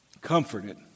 comforted